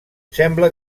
sembla